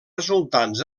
resultats